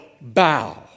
bow